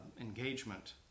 engagement